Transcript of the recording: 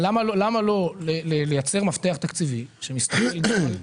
למה לא לייצר מפתח תקציבי אחר?